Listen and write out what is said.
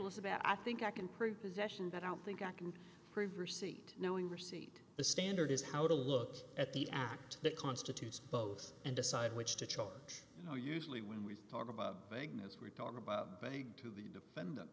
with about i think i can prepossession but i don't think i can prove or seat knowing receipt the standard is how to look at the act that constitutes both and decide which to charge you know usually when we talk about vagueness we're talking about beg to be independ